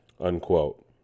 Unquote